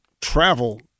travel